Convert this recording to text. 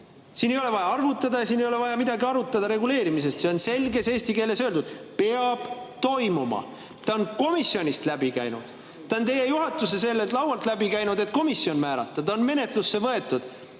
Siin ei ole vaja arvutada ja ei ole vaja midagi arutada reguleerimisest. Selges eesti keeles on öeldud, et peab toimuma. See on komisjonist läbi käinud, see on teie juhatuse laualt läbi käinud, et komisjon määrata, see on menetlusse võetud,